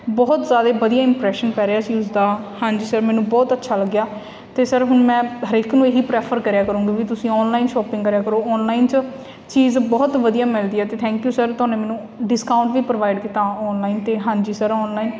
ਬਹੁਤ ਜ਼ਿਆਦਾ ਵਧੀਆ ਇੰਪਰੈਸ਼ਨ ਪੈ ਰਿਹਾ ਸੀ ਉਸਦਾ ਹਾਂਜੀ ਸਰ ਮੈਨੂੰ ਬਹੁਤ ਅੱਛਾ ਲੱਗਿਆ ਅਤੇ ਸਰ ਹੁਣ ਮੈਂ ਹਰੇਕ ਨੂੰ ਇਹ ਹੀ ਪ੍ਰੈਫਰ ਕਰਿਆ ਕਰੂੰਗੀ ਵੀ ਤੁਸੀਂ ਔਨਲਾਈਨ ਸ਼ੋਪਿੰਗ ਕਰਿਆ ਕਰੋ ਔਨਲਾਈਨ 'ਚ ਚੀਜ਼ ਬਹੁਤ ਵਧੀਆ ਮਿਲਦੀ ਹੈ ਅਤੇ ਥੈਂਕ ਯੂ ਸਰ ਥੋਨੇ ਮੈਨੂੰ ਡਿਸਕਾਉਂਟ ਵੀ ਪ੍ਰੋਵਾਈਡ ਕੀਤਾ ਔਨਲਾਈਨ ਅਤੇ ਹਾਂਜੀ ਸਰ ਔਨਲਾਈਨ